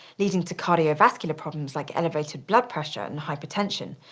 leading to cardiovascular problems like elevated blood pressure and hypertension,